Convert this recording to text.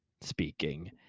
speaking